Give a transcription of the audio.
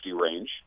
range